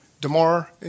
DeMar